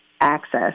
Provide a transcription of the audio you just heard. access